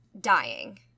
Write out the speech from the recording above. dying